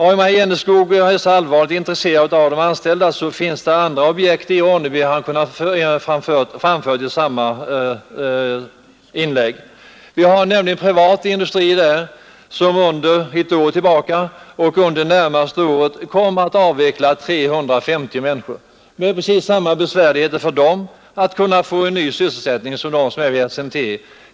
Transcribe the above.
Om herr Enskog är så allvarligt intresserad av de anställda, kunde han ha tagit upp andra exempel från Ronneby. Det finns nämligen där privata industrier, som från början av föregående år fram till slutet av detta år kommer att avveckla verksamhet berörande 350 människor. De har precis samma besvärligheter att få sysselsättning som gäller för de anställda vid SMT.